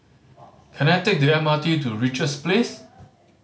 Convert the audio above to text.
can I take the M R T to Richards Place